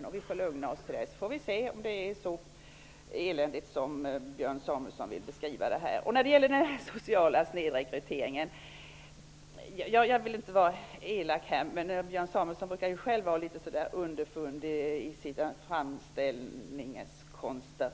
Tills dess får vi lugna oss. Sedan får vi se om det är så eländigt som Björn Samuelson vill beskriva det. Sedan gäller det den sociala snedrekryteringen. Jag vill inte vara elak, men Björn Samuelson brukar ju själv vara litet underfundig i sina framställningskonster.